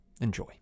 Enjoy